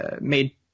made